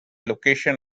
location